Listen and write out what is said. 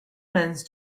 mans